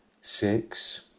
six